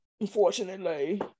Unfortunately